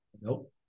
Nope